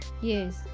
Yes